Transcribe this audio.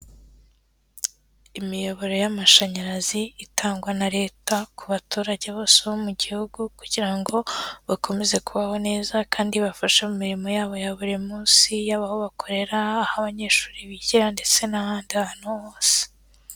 Imiyoboro y'amashanyarazi itangwa na leta ku baturage bose bo mu gihugu, kugira ngo bakomeze kubaho neza, kandi bibafashe mu mirimo yabo ya buri munsi y'aho bakorera, abanyeshuri bigira ndetse n'ahandi hantu hose.